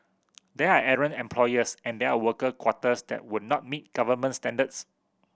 there are errant employers and there are worker quarters that would not meet government standards